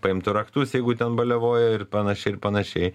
paimtų raktus jeigu ten balevojo ir panašiai ir panašiai